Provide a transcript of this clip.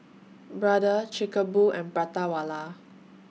Brother Chic A Boo and Prata Wala